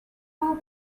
will